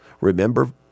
Remember